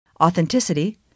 authenticity